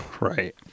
Right